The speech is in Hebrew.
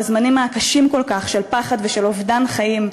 בזמנים הקשים כל כך של פחד ושל אובדן חיים,